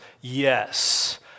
Yes